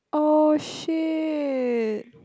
oh shit